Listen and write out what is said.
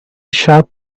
sharp